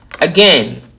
again